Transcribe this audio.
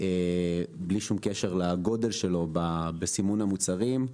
בלי שום קשר לגודל שלו, בסימון המוצרים.